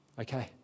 okay